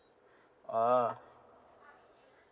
ah